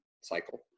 cycle